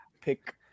pick